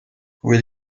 will